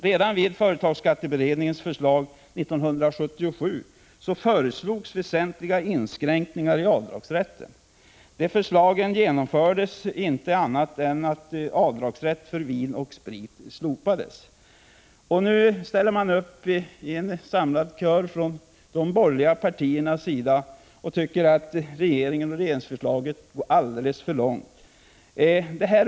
Redan vid företagsskatteberedningens förslag år 1977 föreslogs väsentliga inskränkningar i avdragsrätten. Dessa förslag genomfördes inte annat än i så måtto att rätten till avdrag för vin och sprit slopades. Nu ställer de borgerliga partierna upp i samlad kör och hävdar att regeringens förslag går alldeles för långt.